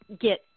get